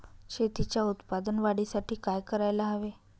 शेतीच्या उत्पादन वाढीसाठी काय करायला हवे?